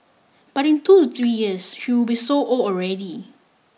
but in two to three years she will be so old already